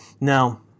Now